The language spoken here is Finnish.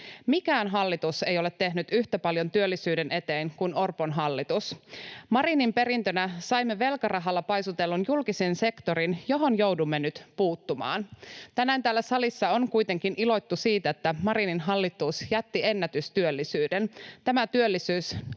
Mikään hallitus ei ole tehnyt yhtä paljon työllisyyden eteen kuin Orpon hallitus. Marinin perintönä saimme velkarahalla paisutellun julkisen sektorin, johon joudumme nyt puuttumaan. Tänään täällä salissa on kuitenkin iloittu siitä, että Marinin hallitus jätti ennätystyöllisyyden. Tämä työllisyys